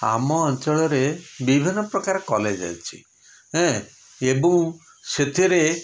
ଆମ ଅଞ୍ଚଳରେ ବିଭିନ୍ନ ପ୍ରକାର କଲେଜ୍ ଅଛି ଏଁ ଏବଂ ସେଥିରେ